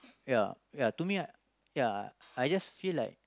ya ya to me ya I just feel like